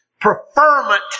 Preferment